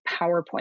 PowerPoint